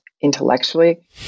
intellectually